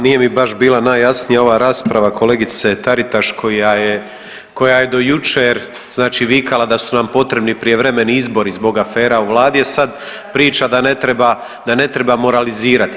Nije mi baš bila najjasnija ova rasprava kolegice Taritaš koja je do jučer vikala da su nam potrebni prijevremeni izbori zbog afera u vladi, a sad priča da ne treba moralizirati.